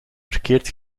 verkeerd